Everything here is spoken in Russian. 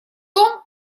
том